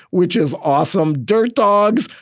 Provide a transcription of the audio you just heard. which is awesome. dirt dogs.